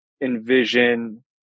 envision